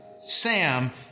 Sam